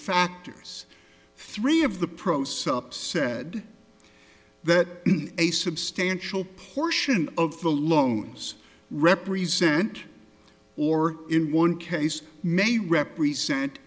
factors three of the process up said that a substantial portion of the loans represent or in one case may represent